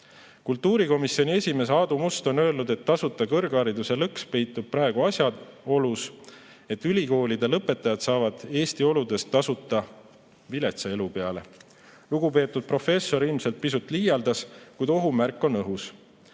Kultuurikomisjoni esimees Aadu Must on öelnud, et tasuta kõrghariduse lõks peitub asjaolus, et ülikoolide lõpetajad saavad Eesti oludes tasuta viletsa elu peale. Lugupeetud professor ilmselt pisut liialdas, kuid ohumärk on õhus.